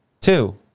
Two